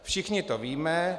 Všichni to víme.